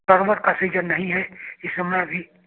summer का season नहीं है इस समय अभी